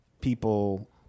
people